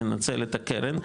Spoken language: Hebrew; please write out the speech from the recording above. ננצל את הקרן,